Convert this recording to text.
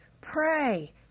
pray